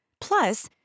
Plus